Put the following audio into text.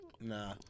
Nah